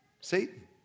Satan